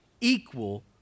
equal